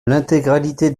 l’intégralité